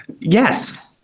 yes